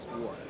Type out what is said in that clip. war